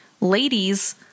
ladies